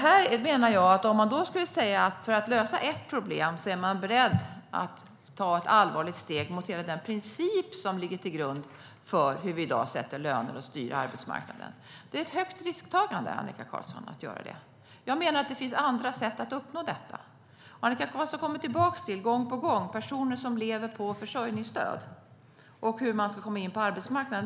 Jag menar att om man för att lösa ett problem är beredd att ta ett allvarligt steg från hela den princip som ligger till grund för hur vi i dag sätter löner och styr arbetsmarknaden, då tar man en stor risk. Jag menar att det finns andra sätt att uppnå detta. Annika Qarlsson kommer gång på gång tillbaka till personer som lever på försörjningsstöd och hur de ska komma in på arbetsmarknaden.